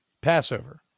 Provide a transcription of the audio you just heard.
Passover